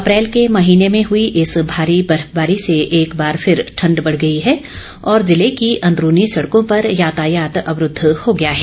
अप्रैल के महीने में हई इस भारी बर्फबारी से एक बार फिर ठंड बढ़ गई है और जिले की अंदरूनी सड़कों पर यातायात अवरूद्व हो गया है